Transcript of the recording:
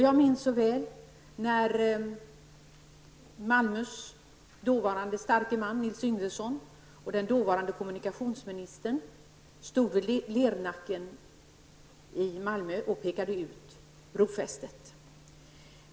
Jag minns så väl när Malmös dåvarande starke man Nils Yngvesson och den dåvarande kommunikationsministern stod vid Lernacken i Malmö och pekade ut brofästet.